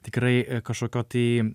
tikrai kažkokio tai